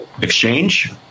exchange